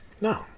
No